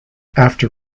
after